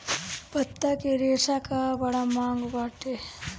पत्ता के रेशा कअ बड़ा मांग बाटे